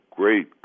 great